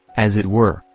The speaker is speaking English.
as it were,